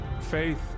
Faith